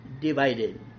divided